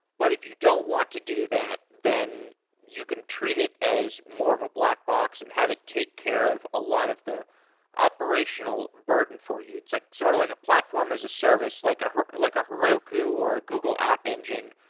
but if you don't want to do that then you can treat it as more of a black box and have it take care of a lot of the operational burden for you. it's like sort of like a platform as a service, like like a heroku, or google app engine,